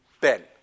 Ben